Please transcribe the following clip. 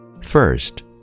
First